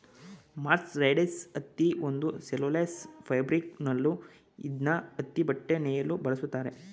mercerised ಹತ್ತಿ ಒಂದು cellulose fabric ನೂಲು ಇದ್ನ ಹತ್ತಿಬಟ್ಟೆ ನೇಯಲು ಬಳಸ್ತಾರೆ